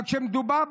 אבל כשמדובר בחרדים,